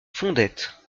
fondettes